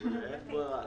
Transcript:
אין ברירה,